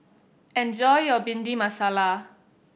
enjoy your Bhindi Masala